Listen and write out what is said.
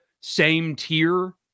same-tier